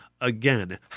Again